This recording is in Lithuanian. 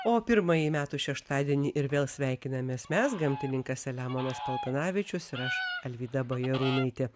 o pirmąjį metų šeštadienį ir vėl sveikinamės mes gamtininkas selemonas paltanavičius ir aš alvyda bajarūnaitė